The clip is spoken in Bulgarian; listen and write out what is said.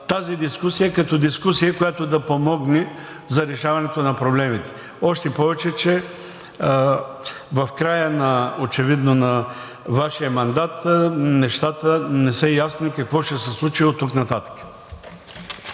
тази дискусия като дискусия, която да помогне за решаването на проблемите, още повече че в края очевидно на Вашия мандат нещата не са ясни какво ще се случи оттук нататък.